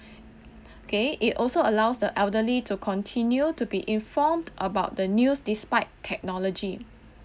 K it also allows the elderly to continue to be informed about the news despite technology